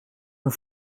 hun